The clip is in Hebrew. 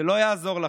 זה לא יעזור לכם.